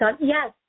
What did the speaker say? Yes